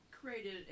created